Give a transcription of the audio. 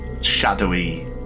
shadowy